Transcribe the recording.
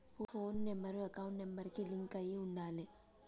పోను number account number కి link అయ్యి ఉండాలే